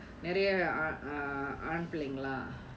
நிறைய ஆ~ ஆ~ ஆண் பிள்ளங்களா:niraiya aa~ aa~ aan pilangalaa